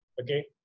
Okay